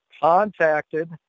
contacted